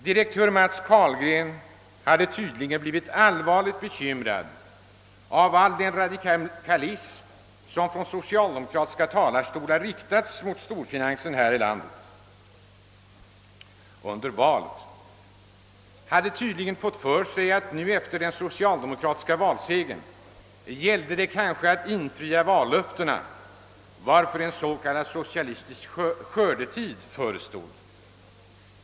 Direktör Carlgren hade tydligen blivit allvarligt bekymrad över all den radikalism som från socialdemokratiska talarstolar under valrörelsen riktats mot storfinansen här i landet. Han hade tydligen fått för sig att nu, efter den socialdemokratiska valsegern, gällde det kanske att infria vallöftena, varför en s.k. socialistisk skördetid förestod.